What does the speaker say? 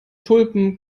tulpen